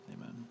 amen